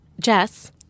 Jess